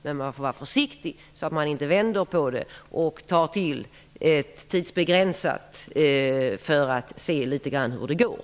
Men man får vara försiktig så att man inte vänder på det och tar till tidsbegränsning för att se hur det går.